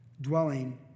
dwelling